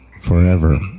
forever